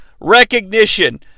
recognition